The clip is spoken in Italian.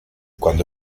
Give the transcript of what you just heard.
quando